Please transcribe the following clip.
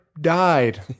died